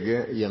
er